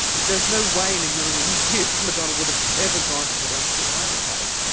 there's no way in a million years madonna would have ever gone to the lengths that miley has.